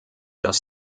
dass